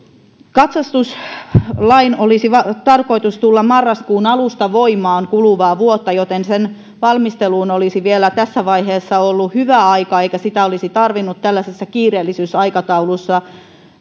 katsastuslain olisi tarkoitus tulla voimaan marraskuun alusta kuluvaa vuotta joten sen valmisteluun olisi vielä tässä vaiheessa ollut hyvä aika eikä sitä olisi tarvinnut tällaisessa kiireellisyysaikataulussa